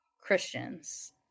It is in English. Christians